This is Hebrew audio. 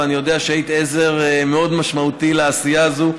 אני יודע שהיית עזר מאוד משמעותי בכל העשייה הזאת,